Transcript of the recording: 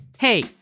Hey